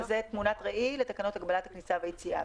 זו תמונת ראי לתקנות הגבלת הכניסה והיציאה.